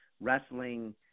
wrestling